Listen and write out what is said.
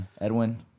Edwin